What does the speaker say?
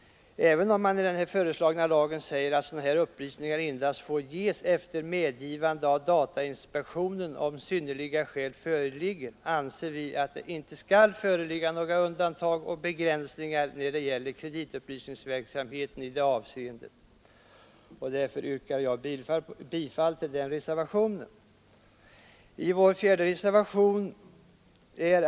Även om man i den föreslagna lagen säger att sådana upplysningar endast får ges efter medgivande av datainspektionen, om synnerliga skäl föreligger, anser vi inte att det skall vara undantag och begränsningar när det gäller kreditupplysningsverksamheten i det avseendet. Därför yrkar jag bifall till denna reservation. Reservationen 4.